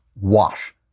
Wash